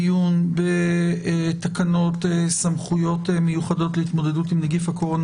אנחנו נמצאים בדיון בתקנות סמכויות מיוחדות להתמודדות עם נגיף הקורונה